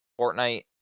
Fortnite